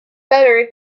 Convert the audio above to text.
better